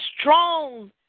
strong